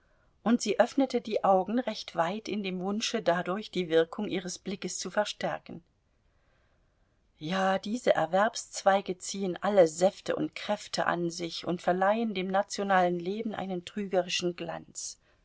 und sie öffnete die augen recht weit in dem wunsche dadurch die wirkung ihres blickes zu verstärken ja diese erwerbszweige ziehen alle säfte und kräfte an sich und verleihen dem nationalen leben einen trügerischen glanz